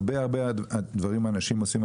הרבה הרבה דברים אנשים עושים,